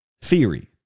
theory